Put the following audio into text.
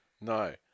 No